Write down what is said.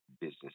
Business